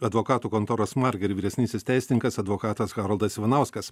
advokatų kontoros marger vyresnysis teisininkas advokatas haroldas ivanauskas